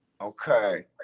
Okay